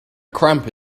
cramp